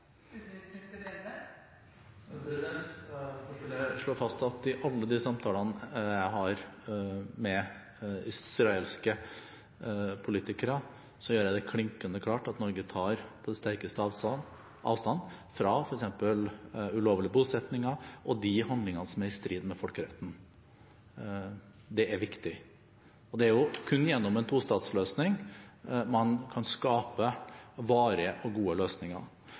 slå fast at i alle de samtalene jeg har med israelske politikere, gjør jeg det klinkende klart at Norge på det sterkeste tar avstand fra f.eks. ulovlige bosettinger og de handlinger som er i strid med folkeretten. Det er viktig. Og det er kun gjennom en tostatsløsning man kan skape varige og gode løsninger.